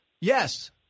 Yes